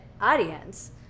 audience